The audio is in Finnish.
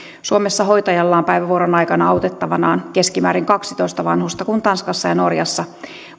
suomessa hoitajalla on päivävuoron aikana autettavanaan keskimäärin kaksitoista vanhusta kun tanskassa ja norjassa